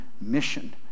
mission